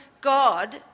God